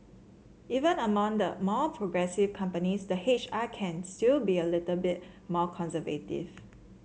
even among the more progressive companies the H R can still be a little bit more conservative